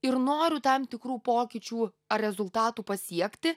ir noriu tam tikrų pokyčių ar rezultatų pasiekti